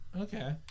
Okay